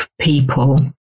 people